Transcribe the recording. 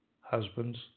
Husbands